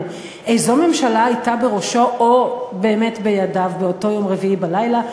איזו ממשלה הייתה בראשו או באמת בידיו באותו יום רביעי בלילה,